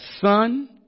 son